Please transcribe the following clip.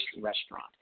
restaurant